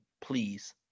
Please